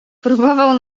próbował